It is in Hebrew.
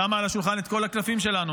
שמה על השולחן את כל הקלפים שלנו,